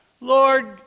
Lord